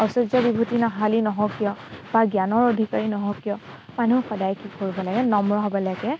ঐশ্বৰ্য বিভূতিশালী নহওক কিয় বা জ্ঞানৰ অধিকাৰী নহওক কিয় মানুহ সদায় কি কৰিব লাগে নম্ৰ হ'ব লাগে